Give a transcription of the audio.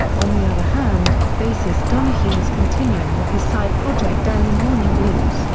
on the other hand, bassist donahue is continuing with his side project early morning blues,